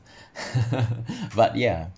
but ya